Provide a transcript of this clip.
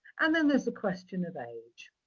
and then there's the question of age.